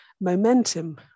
momentum